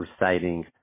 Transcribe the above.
reciting